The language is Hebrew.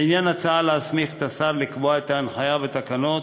לעניין ההצעה להסמיך את השר לקבוע את ההנחיה בתקנות,